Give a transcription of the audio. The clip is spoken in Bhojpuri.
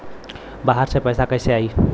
बाहर से पैसा कैसे आई?